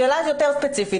שאלה יותר ספציפית.